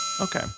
Okay